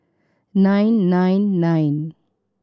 nine nine nine